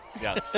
Yes